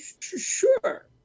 sure